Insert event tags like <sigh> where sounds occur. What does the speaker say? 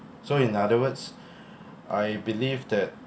so in other words <breath> I believe that